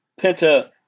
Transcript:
Penta